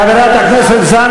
חבר הכנסת דרעי וחבר הכנסת ברכה,